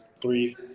three